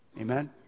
Amen